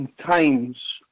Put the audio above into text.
times